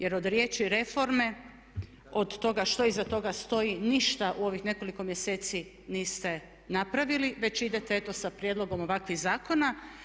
Jer od riječi reforme od toga što iza toga stoji ništa u ovih nekoliko mjeseci niste napravili već idete eto sa prijedlogom ovakvih zakona.